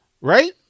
Right